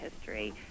history